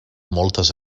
moltes